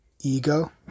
ego